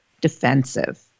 defensive